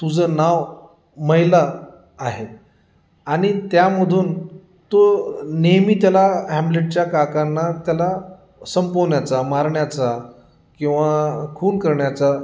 तुझं नाव मैला आहे आणि त्यामधून तो नेहमी त्याला हॅम्लेटच्या काकांना त्याला संपवण्याचा मारण्याचा किंवा खून करण्याचा